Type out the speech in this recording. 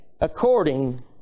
according